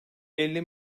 elli